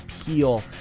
appeal